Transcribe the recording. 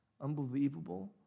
unbelievable